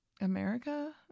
America